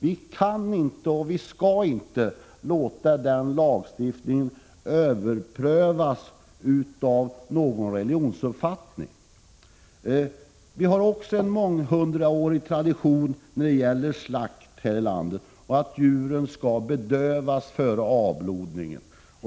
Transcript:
Vi kan inte, och vi skall inte, låta den lagstiftningen överprövas på grund av någon religionsuppfattning. Vi har också en månghundraårig tradition när det gäller slakt här i landet — att djuren skall bedövas före avblodningen.